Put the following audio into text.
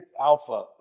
alpha